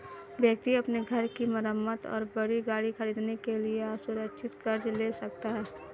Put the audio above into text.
व्यक्ति अपने घर की मरम्मत और बड़ी गाड़ी खरीदने के लिए असुरक्षित कर्ज ले सकता है